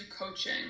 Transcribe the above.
coaching